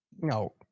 no